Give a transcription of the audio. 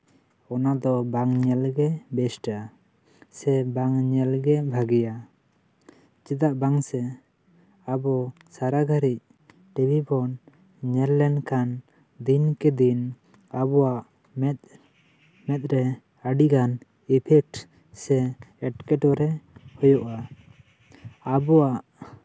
ᱚᱱᱟ ᱫᱚ ᱵᱟᱝ ᱧᱮᱞᱜᱮ ᱵᱮᱥᱴᱼᱟ ᱥᱮ ᱵᱟᱝ ᱧᱮᱞᱜᱮ ᱵᱷᱟᱜᱮᱭᱟ ᱪᱮᱫᱟᱜ ᱵᱟᱝᱥᱮ ᱟᱵᱚ ᱥᱟᱨᱟ ᱜᱷᱟ ᱲᱤᱡ ᱴᱤᱵᱷᱤ ᱵᱚᱱ ᱧᱮᱞ ᱞᱮᱠᱷᱟᱱ ᱫᱤᱱᱠᱮ ᱫᱤᱱ ᱟᱵᱚᱣᱟᱜ ᱢᱮᱫ ᱢᱮᱫᱨᱮ ᱟᱹᱰᱤᱜᱟᱱ ᱤᱯᱷᱮᱠᱴ ᱥᱮ ᱮᱸᱴᱠᱮᱴᱚᱲᱮ ᱦᱩᱭᱩᱜᱼᱟ ᱟᱨ ᱟᱵᱚᱣᱟᱜ